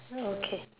oh okay